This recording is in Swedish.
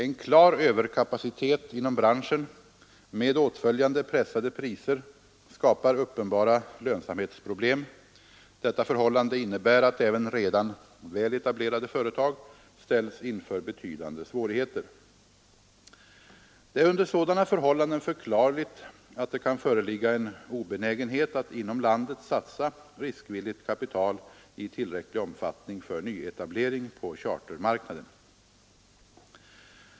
En klar överkapacitet inom branschen med åtföljande pressade priser skapar uppenbara lönsamhetsproblem. Detta förhållande innebär att även redan väl etablerade företag ställs inför betydande svårigheter. Det är under sådana förhållanden förklarligt att det kan föreligga en obenägenhet att inom landet satsa riskvilligt kapital i tillräcklig omfattning för nyetablering på chartermarknaden.